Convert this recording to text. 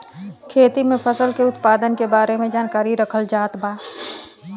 खेती में फसल के उत्पादन के बारे में जानकरी रखल जात बा